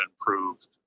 improved